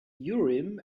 urim